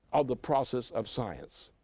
of the process of science,